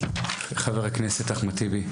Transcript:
חבר הכנסת אחמד טיבי.